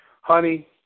honey